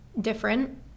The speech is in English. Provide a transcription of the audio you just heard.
different